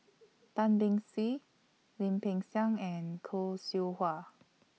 Tan Beng Swee Lim Peng Siang and Khoo Seow Hwa